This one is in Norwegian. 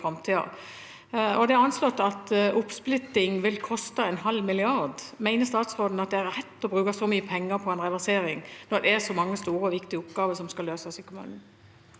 Det er anslått at en oppsplitting vil koste 0,5 mrd. kr. Mener statsråden det er rett å bruke så mye penger på en reversering når det er så mange store og viktige oppgaver som skal løses i kommunene?